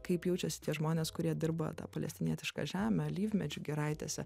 kaip jaučiasi tie žmonės kurie dirba tą palestinietišką žemę alyvmedžių giraitėse